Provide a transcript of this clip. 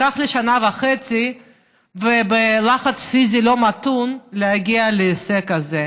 לקח לי שנה וחצי בלחץ פיזי לא מתון להגיע להישג הזה.